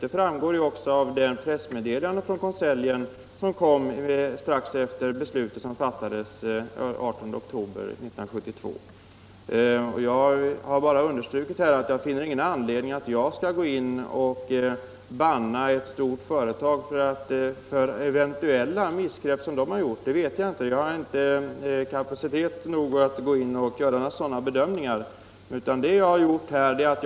Det framgår också av pressmeddelandet från konseljen strax efter det att beslutet 231 Jag har bara understrukit att det inte finns någon anledning för mig att banna ett stort företag för dess eventuella missgrepp. Om företaget gjort några sådana vet jag ingenting om — jag har inte kapacitet att bedöma det. Jag har här redovisat ett politiskt beslut och vilka konsekvenser som följt av det.